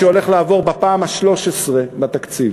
שהולך לעבור בפעם ה-13 בתקציב,